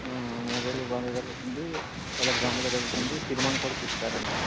ఆ మూడు రోజులు బాగానే జరుగుతుంది చాలా గ్రాండ్ గా జరుగుతుంది సినిమాలు కూడా తీస్తారండి